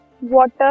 water